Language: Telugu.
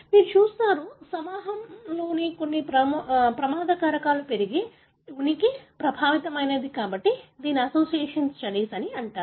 మీరు చూస్తారు సమూహంలో కొన్ని ప్రమాద కారకాలు పెరిగిన ఉనికి ప్రభావితమైనది కాబట్టి దీనిని అసోసియేషన్ స్టడీస్ అంటారు